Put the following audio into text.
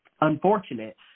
unfortunate